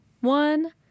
one